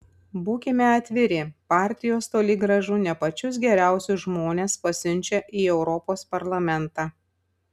būkime atviri partijos toli gražu ne pačius geriausius žmones pasiunčia į europos parlamentą